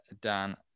Dan